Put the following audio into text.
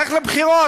לך לבחירות,